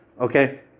Okay